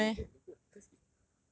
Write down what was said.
no no it will grow it will grow cause if